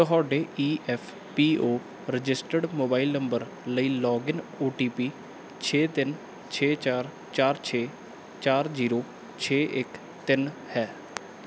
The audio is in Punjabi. ਤੁਹਾਡੇ E F P O registered mobile number ਲਈ ਲੌਗਇਨ ਓ ਟੀ ਪੀ ਛੇ ਤਿੰਨ ਛੇ ਚਾਰ ਚਾਰ ਛੇ ਚਾਰ ਜੀਰੋ ਛੇ ਇੱਕ ਤਿੰਨ ਹੈ